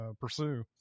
pursue